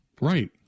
Right